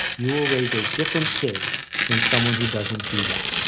you will raise a different kid than someone who doesn't do that.